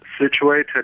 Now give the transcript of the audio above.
situated